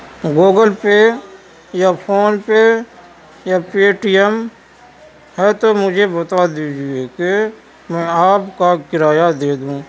Google Pay یا PhonePe یا Paytm ہے تو مجھے بتا دیجیے کہ میں آپ کا کرایہ دے دوں